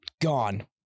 Gone